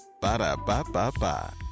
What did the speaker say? Ba-da-ba-ba-ba